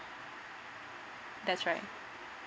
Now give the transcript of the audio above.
that's right